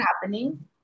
happening